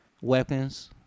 weapons